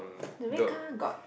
the red car got